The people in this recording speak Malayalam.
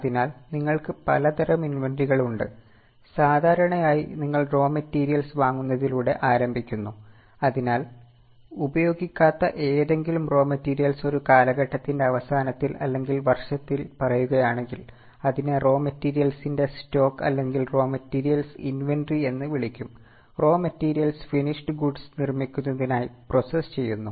അതിനാൽ നിങ്ങൾക്ക് പലതരം ഇൻവെന്ററികൾ ഉണ്ട് സാധാരണയായി നിങ്ങൾ റോ മെറ്റിരിയൽസ് എന്ന് വിളിക്കും റോ മെറ്റിരിയൽസ് ഫിനിഷ്ഡ് ഗുഡ്സ് നിർമ്മിക്കുന്നതിനായി പ്രോസസ്സ് ചെയ്യുന്നു